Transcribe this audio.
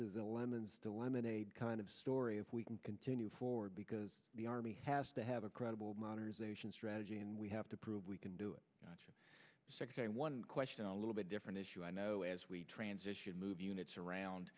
is a lemons to lemonade kind of story if we can continue forward because the army has to have a credible modernization strategy and we have to prove we can do it sixty one question a little bit different issue i know as we transition move units